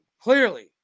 Clearly